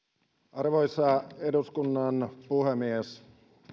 arvoisa eduskunnan puhemies